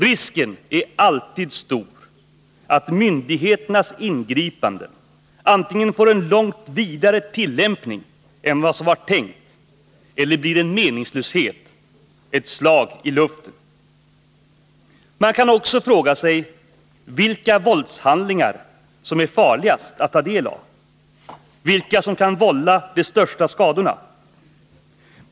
Risken är alltid stor för att myndigheternas ingripanden antingen får en långt vidare tillämpning än vad som var tänkt eller blir en meningslöshet — ett slag i luften. Man kan också fråga sig vilka våldshandlingar som är farligast att ta del av; vilka som kan vålla de största skadorna.